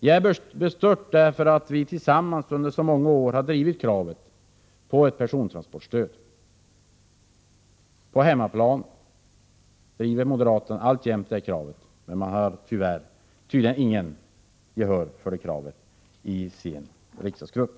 Jag är bestört därför att vi tillsammans under så många år har drivit kravet på ett persontransportstöd. På hemmaplan driver moderaterna alltjämt det kravet, men de har tydligen inget gehör för det i sin riksdagsgrupp.